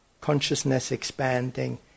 consciousness-expanding